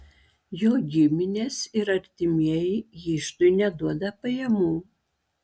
jo giminės ir artimieji iždui neduoda pajamų